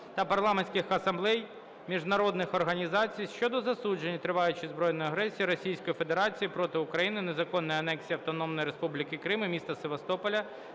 та парламентських асамблей міжнародних організацій щодо засудження триваючої збройної агресії Російської Федерації проти України, незаконної анексії Автономної Республіки Крим і міста Севастополь